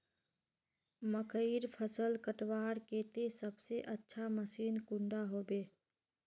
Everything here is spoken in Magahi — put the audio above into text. मकईर फसल कटवार केते सबसे अच्छा मशीन कुंडा होबे?